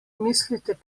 mislite